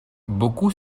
beaucoup